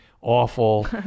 awful